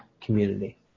community